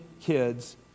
kids